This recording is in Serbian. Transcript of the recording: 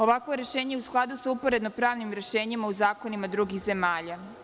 Ovakvo rešenje je u skladu sa uporedno pravnim rešenjima u zakonima drugih zemalja.